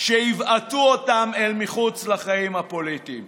שיבעטו אותם מחוץ לחיים הפוליטיים.